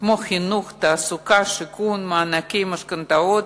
כמו חינוך, תעסוקה, שיכון ומענקי משכנתאות